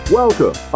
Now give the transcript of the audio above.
welcome